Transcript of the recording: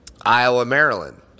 Iowa-Maryland